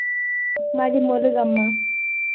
మాది ములుగు అమ్మ